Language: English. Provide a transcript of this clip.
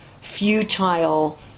futile